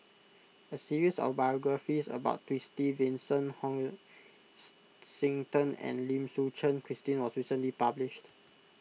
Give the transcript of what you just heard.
a series of biographies about Twisstii Vincent and Lim Suchen Christine was recently published